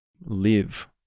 live